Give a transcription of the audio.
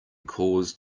cause